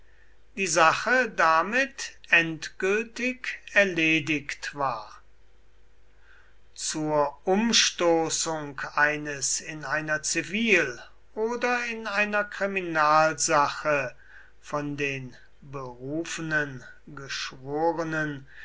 die sache damit endgültig erledigt war zur umstoßung eines in einer zivil oder in einer kriminalsache von den berufenen geschworenen